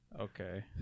Okay